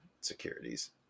securities